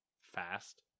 fast